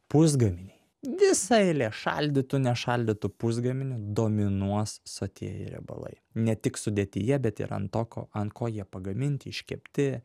pusgaminiai visa eilė šaldytų nešaldytų pusgaminių dominuos sotieji riebalai ne tik sudėtyje bet ir ant to ko ant ko jie pagaminti iškepti